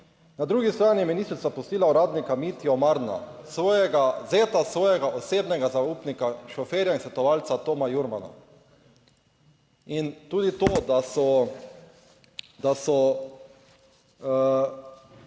Na drugi strani je ministrica pustila uradnika Mitjo Marna(?), svojega zeta, svojega osebnega zaupnika, šoferja in svetovalca Toma Jurmana, in tudi to, da so,